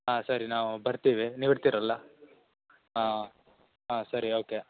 ಹಾಂ ಸರಿ ನಾವು ಬರ್ತೀವಿ ನೀವು ಇರ್ತೀರಲ್ಲ ಹಾಂ ಹಾಂ ಸರಿ ಓಕೆ